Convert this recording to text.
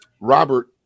Robert